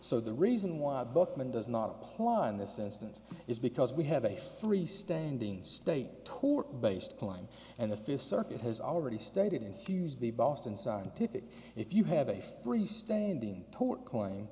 so the reason why bookman does not apply in this instance is because we have a free standing state tort based klein and the fifth circuit has already stated in here is the boston scientific if you have a free standing tort claim